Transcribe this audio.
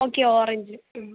okay orange ഉം